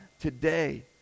today